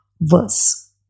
verse